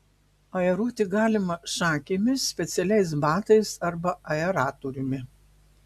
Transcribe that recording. aeruoti galima šakėmis specialiais batais arba aeratoriumi